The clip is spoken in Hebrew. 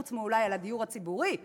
אולי חוץ מעל הדיור הציבורי.